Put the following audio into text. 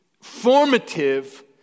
formative